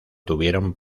tuvieron